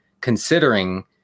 considering